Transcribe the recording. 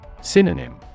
Synonym